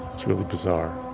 it's really bizarre.